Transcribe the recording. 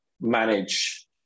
manage